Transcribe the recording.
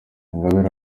ingabire